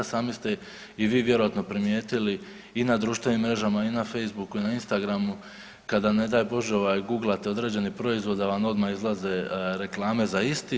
Sami ste i vi vjerojatno primijetili i na društvenim mrežama i na Facebooku i na Instagramu kada ne daj Bože ovaj guglate određeni proizvod da vam odmah izlaze reklame za isti.